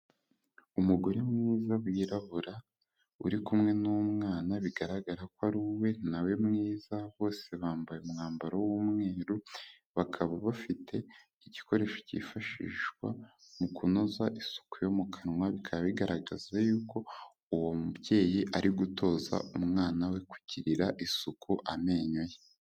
Umugore mwiza wirabura, uri kumwe n'umwana bigaragara ko ariwe na we mwiza bose bambaye umwambaro w'umweru, bakaba bafite igikoresho cyifashishwa mu kunoza isuku yo mu kanwa, bikaba bigaragaza y'uko, uwo mubyeyi ari gutoza umwana we kugirira isuku amenyo ye.